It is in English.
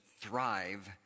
thrive